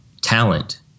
talent